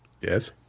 Yes